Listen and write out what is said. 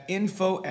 info